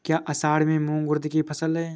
क्या असड़ में मूंग उर्द कि फसल है?